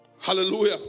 hallelujah